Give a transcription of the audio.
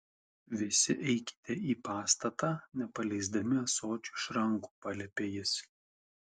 visi eikite į pastatą nepaleisdami ąsočių iš rankų paliepė jis